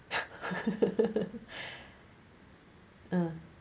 uh